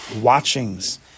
watchings